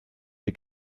dir